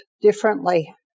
differently